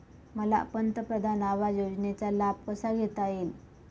मला पंतप्रधान आवास योजनेचा लाभ कसा घेता येईल?